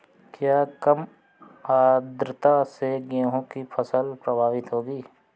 क्या कम आर्द्रता से गेहूँ की फसल प्रभावित होगी?